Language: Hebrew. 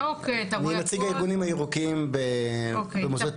אני נציג הארגונים הירוקים במוסדות